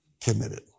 committed